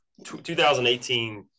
2018